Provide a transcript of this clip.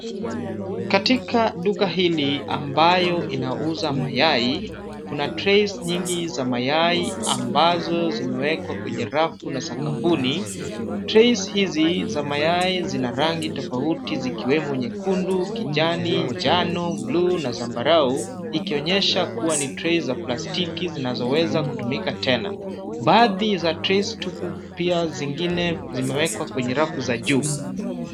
Katika duka hili ambayo inauza mayai, kuna trays nyingi za mayai ambazo zimewekwa kwenye rafu na sakafuni. Trays hizi za mayai zina rangi tofauti zikiwemo nyekundu, kijani, njano, bluu, na zambarau, ikionyesha kuwa ni trays za plastiki zinazoweza kutumika tena. Baadhi za trays tupu pia zingine zimewekwa kwenye rafu za juu,